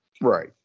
Right